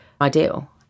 ideal